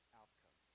outcome